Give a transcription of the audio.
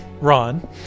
Ron